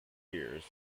years